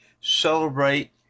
celebrate